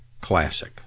classic